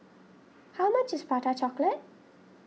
how much is Prata Chocolate